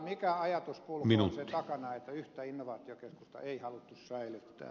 mikä ajatuskulku on sen takana että yhtä innovaatiokeskusta ei haluttu säilyttää